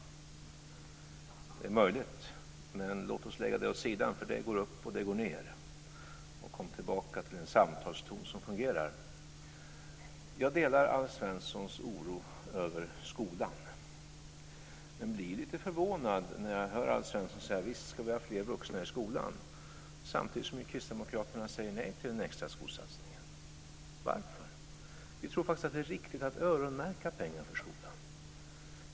Det är möjligt, men låt oss lägga det åt sidan. Det går upp och ned. Kom tillbaka till en samtalston som fungerar. Jag delar Alf Svenssons oro över skolan. Men jag blir förvånad när jag hör Alf Svensson säga att vi visst ska ha fler vuxna i skolan. Samtidigt säger kristdemokraterna nej till en extra skolsatsning. Varför? Vi tror att det är riktigt att öronmärka pengar för skolan.